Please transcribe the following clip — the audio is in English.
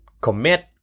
commit